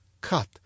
cut